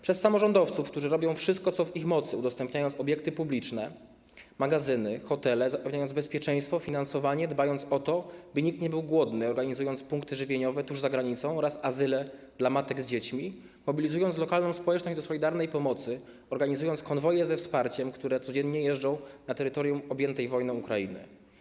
Przez samorządowców, którzy robią wszystko co w ich mocy, udostępniając obiekty publiczne, magazyny, hotele, zapewniając bezpieczeństwo, finansowanie, dbając o to, by nikt nie był głodny, organizując punkty żywieniowe tuż za granicą oraz azyle dla matek z dziećmi, mobilizując lokalną społeczność do solidarnej pomocy, organizując konwoje ze wsparciem, które codziennie jeżdżą na terytorium objętej wojną Ukrainy.